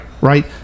Right